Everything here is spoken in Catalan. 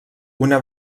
una